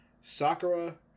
Sakura